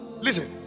listen